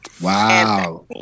Wow